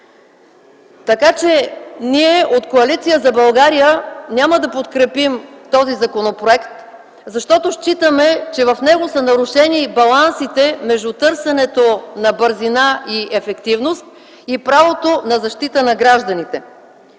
Сталин. Ние от Коалиция за България няма да подкрепим този законопроект, защото считаме, че в него са нарушени балансите между търсенето на бързина и ефективност и правото на защита на гражданите,